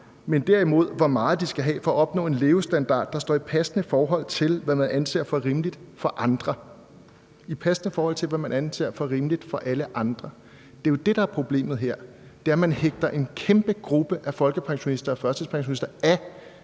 men derimod, hvor meget de skal have for at opnå en levestandard, der står i passende forhold til, hvad man anser for rimeligt for andre.« »I passende forhold til, hvad man anser for rimeligt for andre.« Det er jo det, der er problemet her. Det er, at man hægter en kæmpe gruppe af folkepensionister og førtidspensionister af